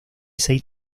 seis